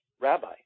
rabbi